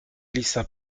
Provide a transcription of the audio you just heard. glissa